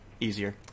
easier